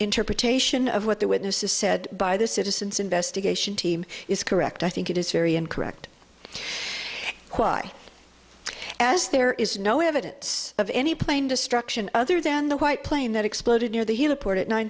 interpretation of what the witnesses said by the citizens investigation team is correct i think it is very incorrect why as there is no evidence of any plane destruction other than the white plane that exploded near the heliport at nine